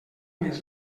més